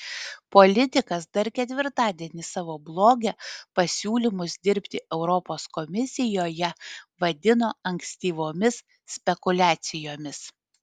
politikas dar ketvirtadienį savo bloge pasiūlymus dirbti europos komisijoje vadino ankstyvomis spekuliacijomis